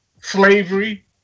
slavery